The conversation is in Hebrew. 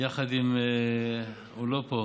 יחד עם, הוא לא פה,